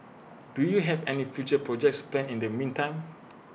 do you have any future projects planned in the meantime